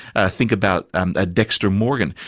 think about and dexter morgan,